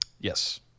Yes